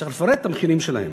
צריך לפרט את המחירים שלהם.